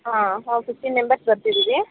ಹಾಂ ನಾವು fifteen members ಬರ್ತಿದೀವಿ